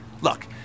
look